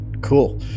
Cool